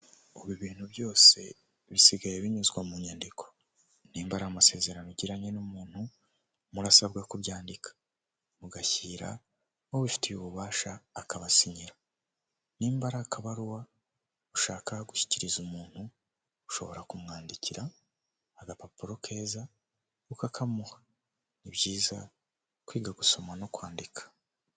Akazu k'umuhondo gakorerwamo n'isosiyete y'itumanaho mu Rwanda ya emutiyene, harimo umugabo uhagaze witeguye guha serivisi abaza bamugana zirimo; kubitsa, kubikuza, cyangwa kohereza amafaranga.